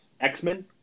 X-Men